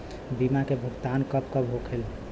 बीमा के भुगतान कब कब होले?